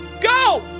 Go